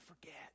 forget